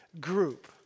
group